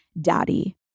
daddy